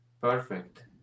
perfect